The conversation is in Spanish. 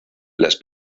las